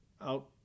out